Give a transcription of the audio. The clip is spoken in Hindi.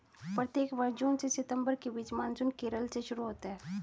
प्रत्येक वर्ष जून से सितंबर के बीच मानसून केरल से शुरू होता है